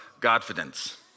Godfidence